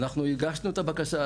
אנחנו הגשנו את הבקשה הזאת.